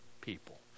people